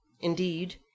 Indeed